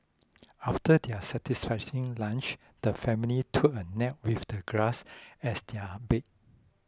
after their satisfying lunch the family took a nap with the grass as their bed